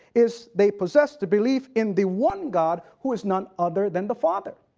is they possess the belief in the one god, who is none other than the father.